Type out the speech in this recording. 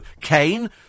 Kane